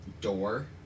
door